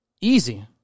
Easy